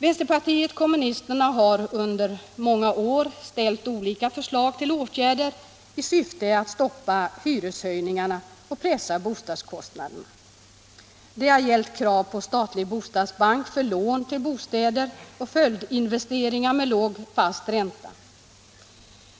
Vänsterpartiet kommunisterna har under många år ställt olika förslag till åtgärder i syfte att stoppa hyreshöjningarna och pressa bostadskostnaderna. Det har gällt krav på statlig bostadsbank för lån till bostäder och följdinvesteringar med fast låg ränta.